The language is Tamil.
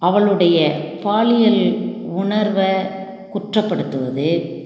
அவளுடைய பாலியல் உணர்வை குற்றப்படுத்துவது